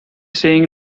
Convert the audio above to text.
saying